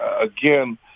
again